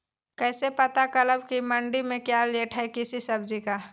कैसे पता करब की मंडी में क्या रेट है किसी सब्जी का?